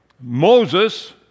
Moses